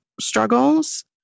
struggles